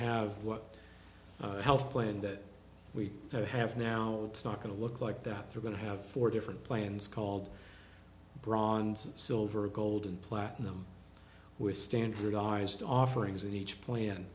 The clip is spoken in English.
have what health plan that we have now it's not going to look like that they're going to have four different plans called bronze silver gold and platinum with standardized offerings in each plan